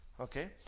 Okay